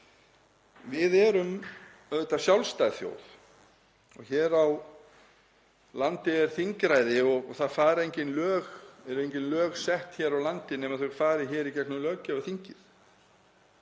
Við erum auðvitað sjálfstæð þjóð. Hér á landi er þingræði og það eru engin lög sett hér á landi nema þau fari í gegnum löggjafarþingið.